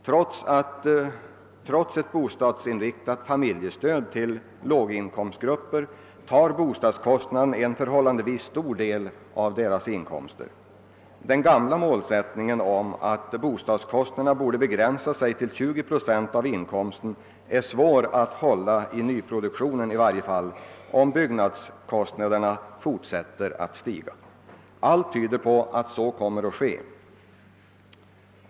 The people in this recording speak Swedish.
Trots ett bostadsinriktat familjestöd till låginkomstgrupper tar bostadskostnaden en förhållandevis stor del av deras inkomster. Det gamla målet att bostadskostnaderna borde begränsa sig till 20 procent av inkomsten är svårt att uppnå, i varje fall då det gäller nyproduktionen, om byggnadskostnaderna fortsätter att stiga. Allt tyder på att så kommer att ske.